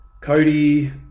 Cody